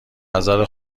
نظر